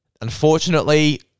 unfortunately